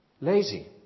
lazy